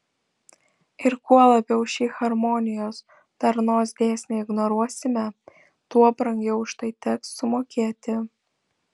ir kuo labiau šį harmonijos darnos dėsnį ignoruosime tuo brangiau už tai teks sumokėti